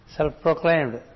Self-proclaimed